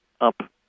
up